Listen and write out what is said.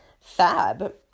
fab